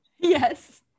Yes